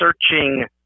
searching